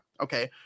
Okay